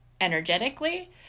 energetically